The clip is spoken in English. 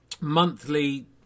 monthly